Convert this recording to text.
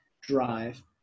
drive